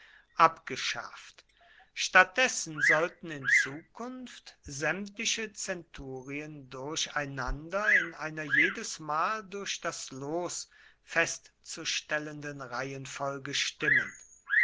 abgeschafft statt dessen sollten in zukunft sämtliche zenturien durcheinander in einer jedesmal durch das los festzustellenden reihenfolge stimmen